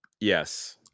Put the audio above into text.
Yes